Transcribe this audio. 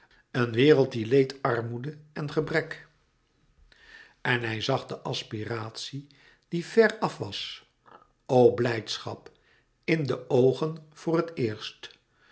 een wereld die leed armoede en gebrek en hij zag de aspiratie die ver af was o blijdschap in de oogen voor het éerst